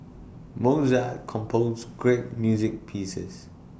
Mozart composed great music pieces